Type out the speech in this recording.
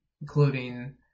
including